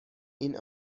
این